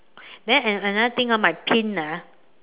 then another another thing orh my pin ah